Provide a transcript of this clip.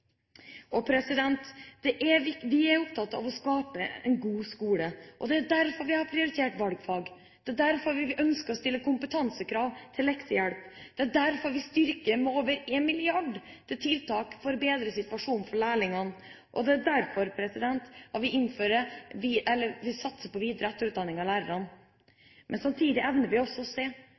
Vi er opptatt av å skape en god skole. Det er derfor vi har prioritert valgfag, det er derfor vi ønsker å stille kompetansekrav til leksehjelp, det er derfor vi styrker tiltak for å forbedre situasjonen for lærlingene med over 1 mrd. kr, og det er derfor vi satser på etter- og videreutdanning av lærerne. Men samtidig evner vi også å se